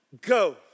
Go